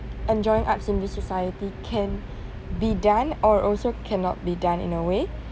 enjoying arts in this society can be done or also cannot be done in a way